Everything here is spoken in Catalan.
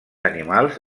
animals